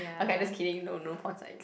okay I just kidding no no porn sites